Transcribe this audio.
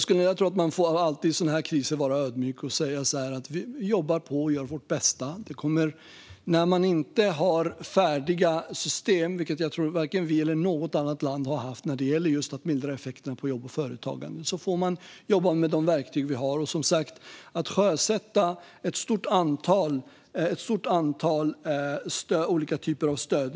Fru talman! Man får nog i kriser som denna alltid vara ödmjuk och säga att man jobbar på och gör sitt bästa. När man inte har färdiga system, vilket varken vi eller något annat land, tror jag, har haft för att mildra effekterna på just jobb och företagande, får man jobba med de verktyg man har. Vi har sjösatt ett stort antal olika stöd.